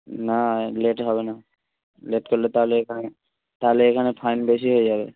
না লেটে হবে না লেট করলে তাহলে এখানে তাহলে এখানে ফাইন বেশি হয়ে যাবে